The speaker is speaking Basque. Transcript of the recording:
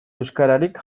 euskararik